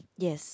yes